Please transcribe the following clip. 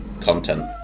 content